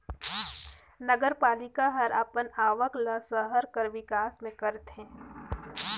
नगरपालिका हर अपन आवक ल सहर कर बिकास में करथे